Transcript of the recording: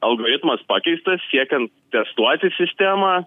algoritmas pakeistas siekiant testuoti sistemą